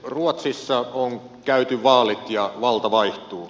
ruotsissa on käyty vaalit ja valta vaihtuu